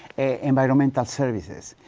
environmental services,